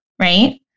right